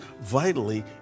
vitally